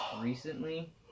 recently